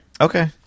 Okay